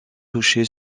touché